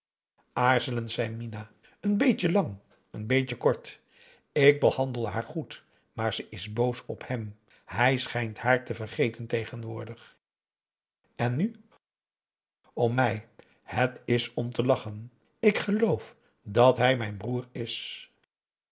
aarzelend zei minah n beetje lang n beetje kort ik behandel haar goed maar ze is boos op hem hij schijnt haar te vergeten tegenwoordig en u o mij het is om te lachen ik geloof dat hij mijn broer is